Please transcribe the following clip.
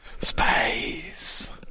Space